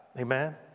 Amen